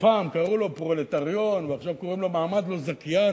שפעם קראו לו "פרולטריון" ועכשיו קוראים לו "מעמד לא זכיין",